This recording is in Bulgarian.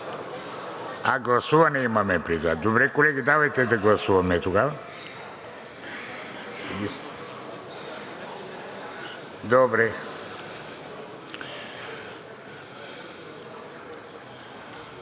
А, гласуване имаме преди това? Добре, колеги. Давайте да гласуваме тогава.